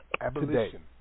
Abolition